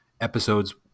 episodes